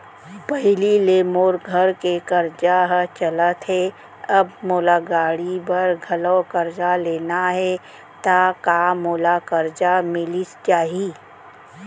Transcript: पहिली ले मोर घर के करजा ह चलत हे, अब मोला गाड़ी बर घलव करजा लेना हे ता का मोला करजा मिलिस जाही?